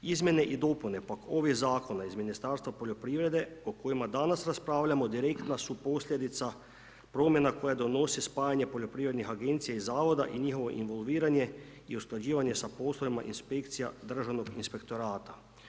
Izmjene i dopune ovih zakona iz Ministarstva poljoprivrede, o kojima danas raspravljamo, direktna su posljedica, promjena koje donosi spajanja poljoprivrednih agencija i zavoda i njihovo involviranje i usklađivanje sa poslovima inspekcija državnog inspektorata.